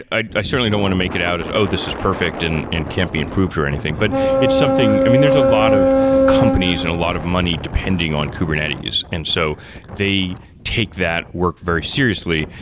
i certainly don't want to make it out as, oh, this is perfect and and can't be improved or anything, but it's something i mean, there's a lot of companies and a lot of money depending on kubernetes. and so they take that work very seriously.